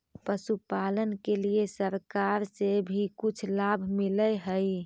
पशुपालन के लिए सरकार से भी कुछ लाभ मिलै हई?